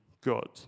God